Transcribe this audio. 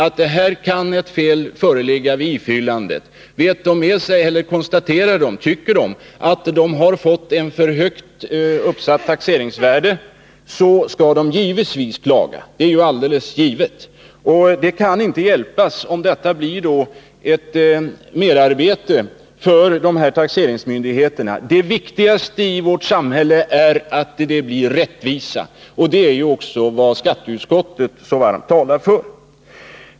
Tycker de att deras fastighet fått ett för högt taxeringsvärde skall de givetvis klaga. Det kan inte hjälpas om det blir merarbete för taxeringsmyndigheterna. Det viktigaste i vårt samhälle är att man når rättvisa. Det är ju också vad skatteutskottet så varmt talar för.